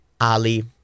Ali